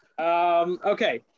okay